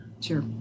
Sure